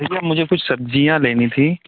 इसमें मुझे कुछ सब्जियां लेनी थी